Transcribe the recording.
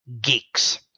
geeks